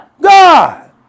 God